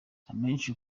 abenshi